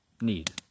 need